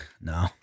No